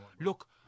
look